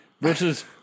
versus